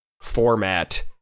format